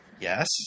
Yes